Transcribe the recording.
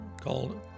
called